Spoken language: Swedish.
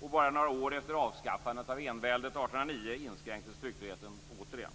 Och bara några år efter avskaffandet av enväldet 1809 inskränktes tryckfriheten återigen.